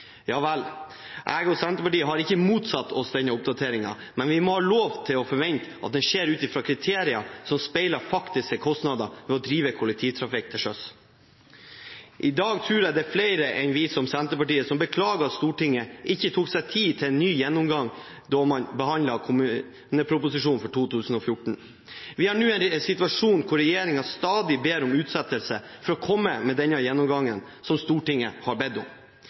Jeg og Senterpartiet har ikke motsatt oss denne oppdateringen, men vi må ha lov til å forvente at det skjer ut fra kriterier som speiler faktiske kostnader ved å drive kollektivtransport til sjøs. I dag tror jeg det er flere enn oss i Senterpartiet som beklager at Stortinget ikke tok seg tid til en ny gjennomgang da man behandlet kommuneproposisjonen for 2014. Vi er nå i en situasjon der regjeringen stadig ber om utsettelse for å komme med gjennomgangen som Stortinget har bedt om.